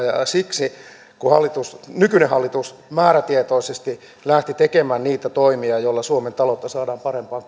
siksi kun nykyinen hallitus määrätietoisesti lähti tekemään niitä toimia jolla suomen taloutta saadaan parempaan